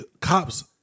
Cops